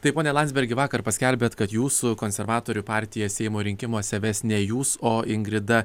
tai pone landsbergi vakar paskelbėt kad jūsų konservatorių partija seimo rinkimuose ves ne jūs o ingrida